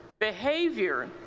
behavior,